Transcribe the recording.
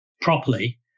Properly